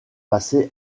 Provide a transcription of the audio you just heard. passés